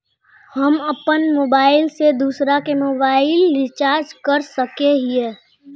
हम अपन मोबाईल से दूसरा के मोबाईल रिचार्ज कर सके हिये?